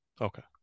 Okay